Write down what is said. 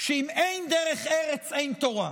ש"אם אין דרך ארץ אין תורה".